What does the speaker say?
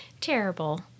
terrible